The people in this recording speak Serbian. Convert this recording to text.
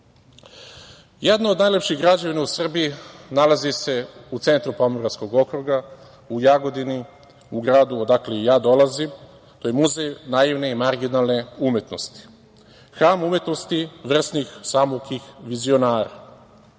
od najlepših građevina u Srbiji nalazi se u centru Pomoravskog okruga, u Jagodini, u gradu odakle i ja dolazim, a to je Muzej naivne i marginalne umetnosti, hram umetnosti vrsnih samoukih vizionara,